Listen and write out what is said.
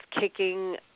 kicking